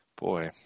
Boy